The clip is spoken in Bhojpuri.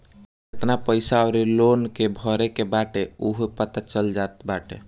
केतना पईसा अउरी लोन के भरे के बाटे उहो पता चल जात बाटे